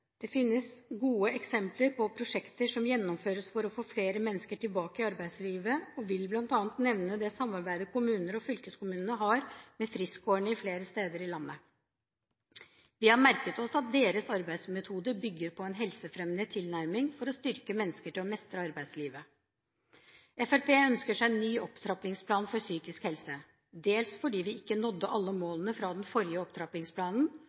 Det finnes gode eksempler på prosjekter som gjennomføres for å få flere mennesker tilbake i arbeidslivet. Vi vil bl.a. nevne det samarbeidet kommuner og fylkeskommuner har med friskgårdene flere steder i landet. Vi har merket oss at deres arbeidsmetode bygger på en helsefremmende tilnærming for å styrke mennesker til å mestre arbeidslivet. Fremskrittspartiet ønsker seg en ny opptrappingsplan for psykisk helse, dels fordi vi ikke nådde alle målene fra den forrige opptrappingsplanen,